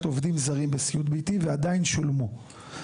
עובדים זרים בסיעוד ביתי ועדיין שולמו.